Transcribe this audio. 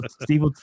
Steve